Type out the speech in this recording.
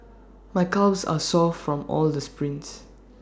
my calves are sore from all the sprints